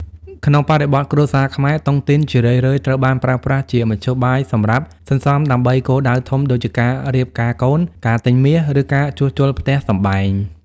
ក្នុងបរិបទគ្រួសារខ្មែរ តុងទីនជារឿយៗត្រូវបានប្រើប្រាស់ជាមធ្យោបាយសម្រាប់ "សន្សំដើម្បីគោលដៅធំ" ដូចជាការរៀបការកូន ការទិញមាស ឬការជួសជុលផ្ទះសម្បែង។